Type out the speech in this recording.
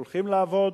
הולכים לעבוד,